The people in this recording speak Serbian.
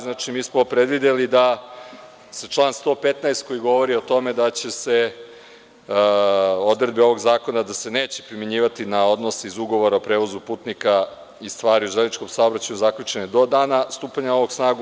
Znači, mi smo predvideli da se član 115. koji govori o tome da se odredbe ovog zakona neće primenjivati na odnose iz ugovora o prevozu putnika i stvari u železničkom saobraćaju zaključenog do dana stupanja na snagu ovog zakona.